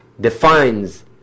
defines